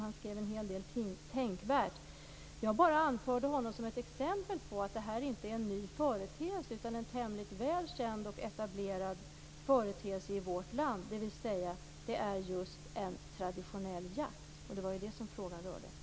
Han skrev en hel del tänkvärt. Jag bara anförde honom som ett exempel på att det här inte är någon ny företeelse. Det är en tämligen väl känd och etablerad företeelse i vårt land. Det är just en traditionell jakt. Det var ju det frågan gällde.